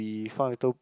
we found little